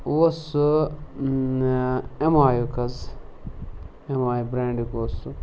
اوس سُہ M I یُک حظ اؠم آی یُک برٛینڈُک اوس سُہ